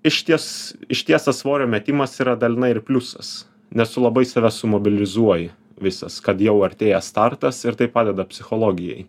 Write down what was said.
išties išties tas svorio metimas yra dalinai ir pliusas nes tu labai save sumobilizuoji visas kad jau artėja startas ir tai padeda psichologijai